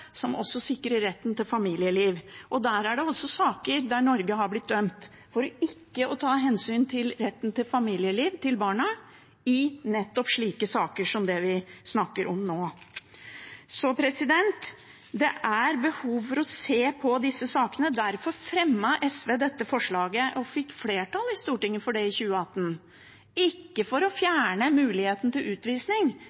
som også sikrer retten til familieliv, og det er også saker der Norge har blitt dømt for ikke å ta hensyn til barns rett til familieliv i nettopp slike saker som det vi snakker om nå. Det er behov for å se på disse sakene. Derfor fremmet SV forslag og fikk flertall i Stortinget for det i 2018, ikke for å